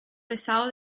pesado